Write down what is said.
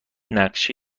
نقشه